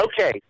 okay